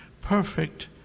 perfect